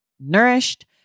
nourished